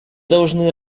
должны